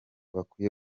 bakwiye